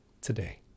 today